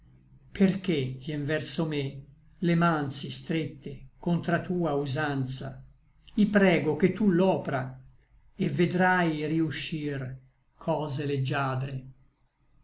perché tien verso me le man sí strette contra tua usanza i prego che tu l'opra e vedrai rïuscir cose leggiadre